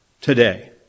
today